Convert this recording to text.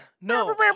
No